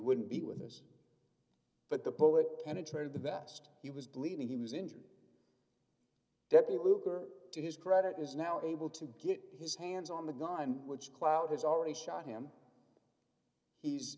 wouldn't be with us but the poet penetrated the best he was bleeding he was injured deputy lugar to his credit is now able to get his hands on the gun which cloud has already shot him he's